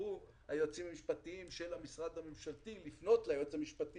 יצטרכו היועצים המשפטיים של המשרד הממשלתי לפנות ליועץ המשפטי